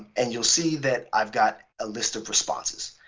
and you'll see that i've got a list of responses.